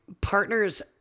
partner's